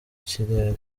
kirere